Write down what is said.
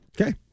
Okay